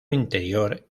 interior